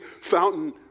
fountain